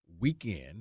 weekend